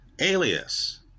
alias